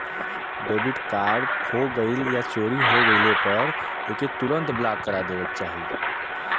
debit card खो गइल या चोरी हो गइले पर एके तुरंत ब्लॉक करा देवे के चाही